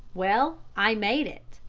well, i made it.